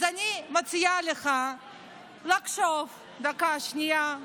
אז אני מציעה לך לחשוב דקה, שנייה,